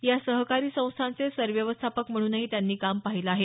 या सहकारी संस्थाचे सर व्यवस्थापक म्हणूनही त्यांनी काम पाहिलं आहे